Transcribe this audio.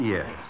Yes